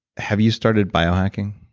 have you started bionic-ing?